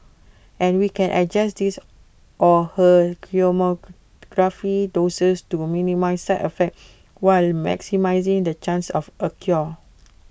and we can adjust his or her chemotherapy doses to minimise side effects while maximising the chance of A cure